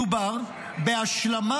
מדובר בהשלמה